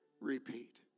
repeat